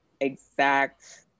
exact